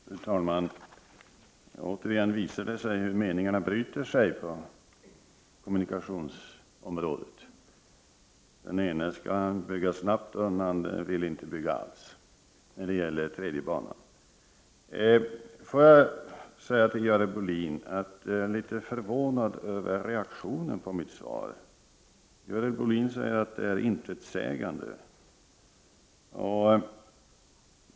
Fru talman! Återigen visar det sig hur meningarna bryter sig på kommunikationsområdet. När det gäller den tredje banan vill den ena bygga snabbt och den andra inte bygga alls. Får jag säga till Görel Bohlin att jag blev litet förvånad över hennes reaktion på mitt svar. Görel Bohlin säger att svaret är intetsägande.